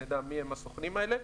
שנדע מיהם הסוכנים האלה.